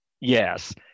yes